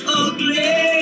ugly